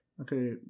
okay